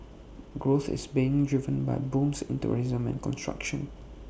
growth is being driven by booms in tourism and construction